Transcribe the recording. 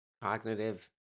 cognitive